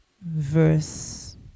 verse